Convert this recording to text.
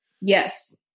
Yes